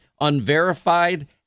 unverified